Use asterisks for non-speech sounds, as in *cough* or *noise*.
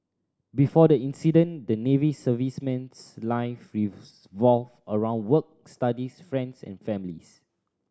before the incident the Navy serviceman's life *unintelligible* around work studies friends and families